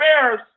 Bears